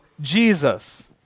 Jesus